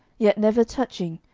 yet never touching,